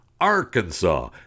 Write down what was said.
Arkansas